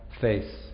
face